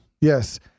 Yes